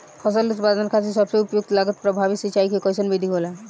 फसल उत्पादन खातिर सबसे उपयुक्त लागत प्रभावी सिंचाई के कइसन विधि होला?